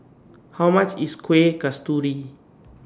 How much IS Kuih Kasturi